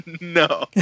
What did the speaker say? no